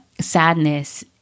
sadness